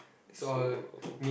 so